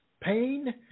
Pain